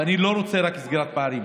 ואני לא רוצה רק סגירת פערים,